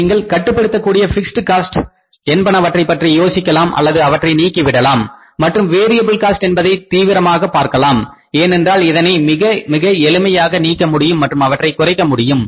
நீங்கள் கட்டுப்படுத்தக்கூடிய fixed cost என்பனவற்றைப் பற்றி யோசிக்கலாம் அல்லது அவற்றை நீக்கி விடலாம் மற்றும் வேரியபில் காஸ்ட் என்பதை தீவிரமாக பார்க்கலாம் ஏனென்றால் இதனை மிக மிக எளிமையாக நீக்க முடியும் மற்றும் அவற்றை குறைக்க முடியும்